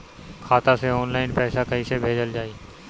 खाता से ऑनलाइन पैसा कईसे भेजल जाई?